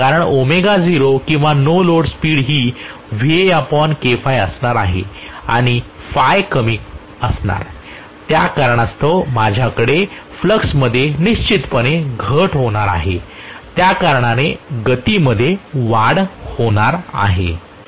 कारण किंवा no load speed ही असणार आहे आणि कमी असणार त्या कारणास्तव माझ्याकडे फ्लक्समध्ये निश्चितपणे घट होणार आहे त्या कारणाने गतीमध्ये वाढ होणार आहे